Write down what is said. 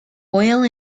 oil